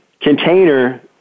container